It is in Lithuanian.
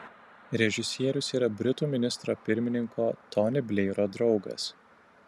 režisierius yra britų ministro pirmininko tony blairo draugas